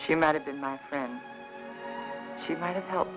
she might have been my friend she might have helped